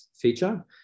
feature